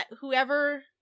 whoever